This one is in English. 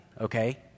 okay